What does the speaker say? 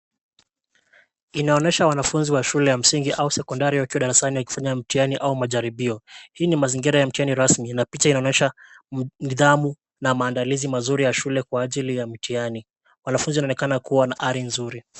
Inaonyesha wanafunzi wa shule ya msingi au sekondari, wakiwa darasani wakifanya mtihani au majaribio. Hii ni mazingira ya mtihani rasmi na picha inaonyesha nidhamu na maandalizi mazuri ya shule kwa ajili ya mtihani. Wanafunzi wanaonekana kuwa na ari nzuri.